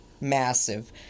massive